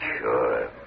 sure